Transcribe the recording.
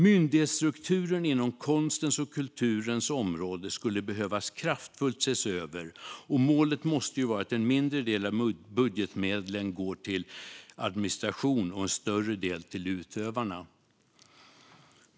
Myndighetsstrukturen inom konstens och kulturens område skulle behövas kraftfullt ses över, och målet måste vara att en mindre del av budgetmedlen går till administration och en större del till utövarna.